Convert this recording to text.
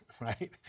right